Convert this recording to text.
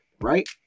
Right